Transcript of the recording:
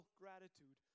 gratitude